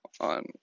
on